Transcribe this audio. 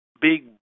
big